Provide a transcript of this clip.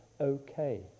okay